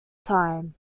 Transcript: time